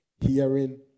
hearing